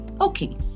Okay